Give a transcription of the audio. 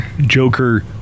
Joker